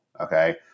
Okay